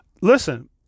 Listen